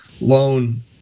loan